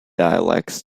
dialects